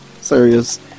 serious